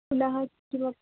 पुनः किमपि